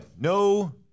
No